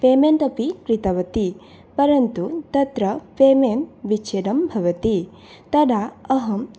payment अपि कृतवती परन्तु तत्र पेमेन्त् विच्छेदं भवति तदा अहं